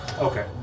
Okay